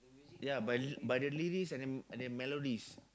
ya but but the but the lyrics and and the melodies